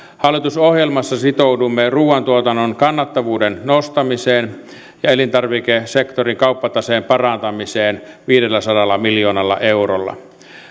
hallitusohjelmassa sitouduimme ruuantuotannon kannattavuuden nostamiseen ja elintarvikesektorin kauppataseen parantamiseen viidelläsadalla miljoonalla eurolla